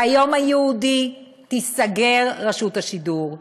ביום הייעודי תיסגר רשות השידור,